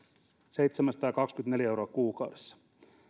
seitsemänsataakaksikymmentäneljä euroa kuukaudessa